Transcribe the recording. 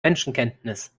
menschenkenntnis